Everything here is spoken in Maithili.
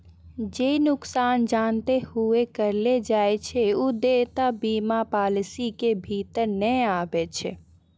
जे नुकसान जानते हुये करलो जाय छै उ देयता बीमा पालिसी के भीतर नै आबै छै